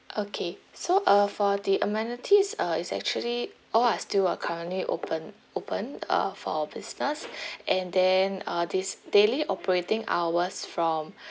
okay so uh for the amenities uh it's actually all are still are currently open open uh for business and then uh this daily operating hours from